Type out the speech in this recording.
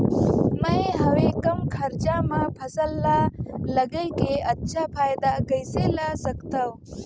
मैं हवे कम खरचा मा फसल ला लगई के अच्छा फायदा कइसे ला सकथव?